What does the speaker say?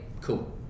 cool